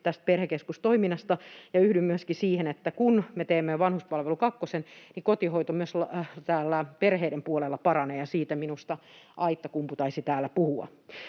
tästä perhekeskustoiminnasta, ja yhdyn myöskin siihen, että kun me teemme vanhuspalvelu kakkosen, niin kotihoito myös täällä perheiden puolella paranee, ja siitä minusta Aittakumpu taisi täällä puhua.